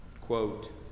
Quote